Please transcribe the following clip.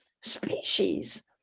species